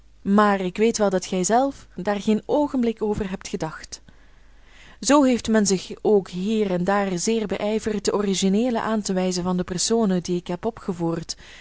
maar ik weet wel dat gijzelf daar geen oogenblik over hebt gedacht zoo heeft men zich ook hier en daar zeer beijverd de origineelen aan te wijzen van de personen die ik heb opgevoerd